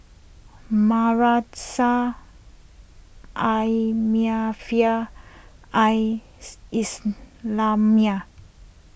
Madrasah Al Maarif Al Islamiah